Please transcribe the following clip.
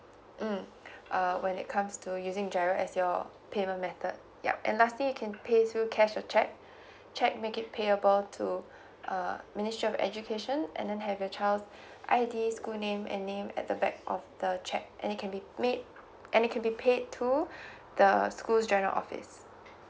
mm uh when it comes to using G_I_R_O as your payment method yup and lastly you can pay through cash a cheque cheque make it payable to err ministry of education and then have your child I_D school name and name at the back of the cheque and it can be made and it can be paid to the school's general office